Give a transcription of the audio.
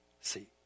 See